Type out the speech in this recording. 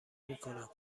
میکنم